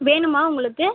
வேணுமா உங்களுக்கு